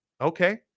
Okay